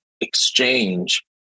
exchange